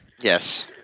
Yes